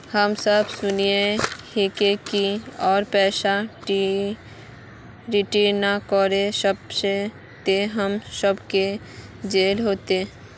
हम सब सुनैय हिये की अगर पैसा रिटर्न ना करे सकबे तो हम सब के जेल होते?